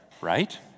right